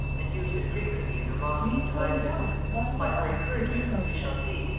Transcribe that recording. and used it frequently in her mottos and devices by her encouragement, as we shall see,